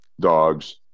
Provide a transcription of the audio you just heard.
dogs